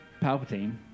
Palpatine